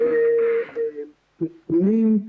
--- נתונים,